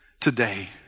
today